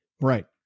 right